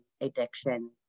addiction